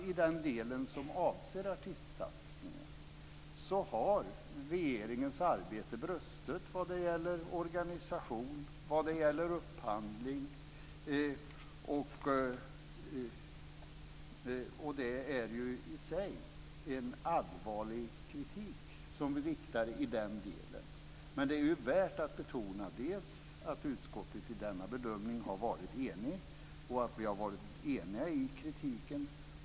I den del som avser artistsatsningen har regeringens arbete brustit vad gäller organisation och upphandling. Det är i sig en allvarlig kritik som vi riktar i den delen. Men det är värt att betona att utskottet i denna bedömning har varit enigt, och att vi har varit eniga i kritiken.